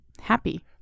happy